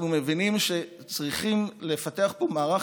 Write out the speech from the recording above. אנחנו מבינים שצריכים לפתח פה מערך